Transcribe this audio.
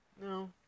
no